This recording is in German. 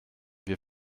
wir